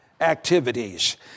activities